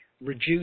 reduce